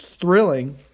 thrilling